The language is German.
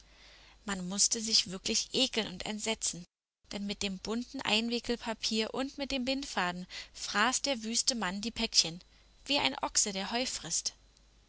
man mußte sich wirklich ekeln und entsetzen denn mit dem bunten einwickelpapier und mit dem bindfaden fraß der wüste mann die päckchen wie ein ochse der heu frißt